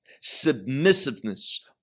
submissiveness